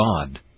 God